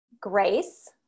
grace